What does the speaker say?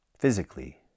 Physically